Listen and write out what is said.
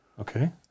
Okay